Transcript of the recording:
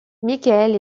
mikael